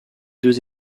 deux